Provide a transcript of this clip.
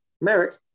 Merrick